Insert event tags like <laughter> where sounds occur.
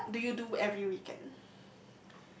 what do you do every weekend <noise>